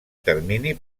termini